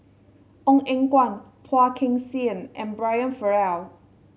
Ong Eng Guan Phua Kin Siang and Brian Farrell